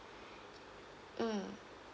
mm